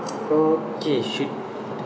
okay should